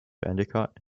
endicott